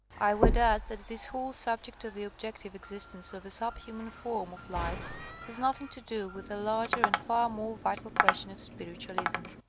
i would add that this whole subject of the objective existence of a subhuman form of life has nothing to do with the larger and far more vital question of spiritualism.